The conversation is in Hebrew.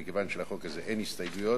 מכיוון שלחוק הזה אין הסתייגויות,